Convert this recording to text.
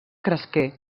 cresqué